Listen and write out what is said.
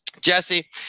jesse